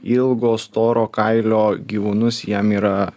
ilgo storo kailio gyvūnus jiem yra